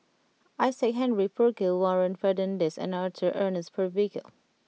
Isaac Henry Burkill Warren Fernandez and Arthur Ernest Percival